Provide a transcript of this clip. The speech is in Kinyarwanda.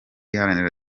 iharanira